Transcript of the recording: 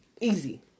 Easy